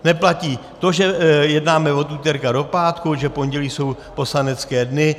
Neplatí to, že jednáme od úterka do pátku, že pondělí jsou poslanecké dny.